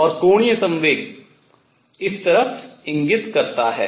और कोणीय संवेग इस kℏ की तरफ इंगित करता है